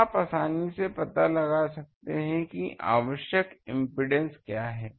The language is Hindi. तो आप आसानी से पता लगा सकते हैं कि आवश्यक इम्पीडेन्स क्या है